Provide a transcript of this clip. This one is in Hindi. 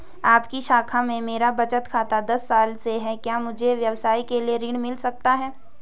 आपकी शाखा में मेरा बचत खाता दस साल से है क्या मुझे व्यवसाय के लिए ऋण मिल सकता है?